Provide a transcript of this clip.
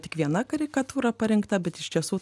tik viena karikatūra parinkta bet iš tiesų